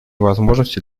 возможностей